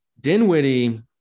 Dinwiddie